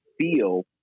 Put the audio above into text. feel